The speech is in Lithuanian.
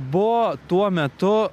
buvo tuo metu